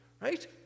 right